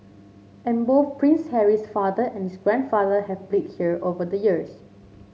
and both Prince Harry's father and his grandfather have played here over the years